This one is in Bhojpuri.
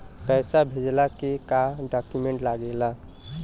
पैसा भेजला के का डॉक्यूमेंट लागेला?